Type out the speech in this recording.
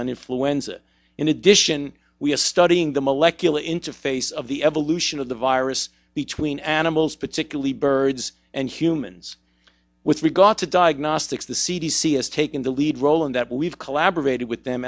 on influenza in addition we are studying the molecular interface of the evolution of the virus between animals particularly birds and humans with regard to diagnostics the c d c has taken the lead role in that we've collaborated with them